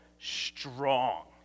strong